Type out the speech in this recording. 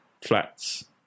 flats